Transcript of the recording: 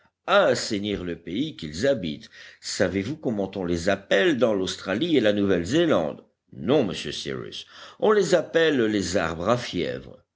à assainir le pays qu'ils habitent savez-vous comment on les appelle dans l'australie et la nouvelle zélande non monsieur cyrus on les appelle les arbres à fièvre